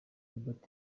robert